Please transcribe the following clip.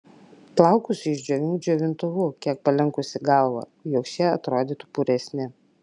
plaukus išdžiovink džiovintuvu kiek palenkusi galvą jog šie atrodytų puresni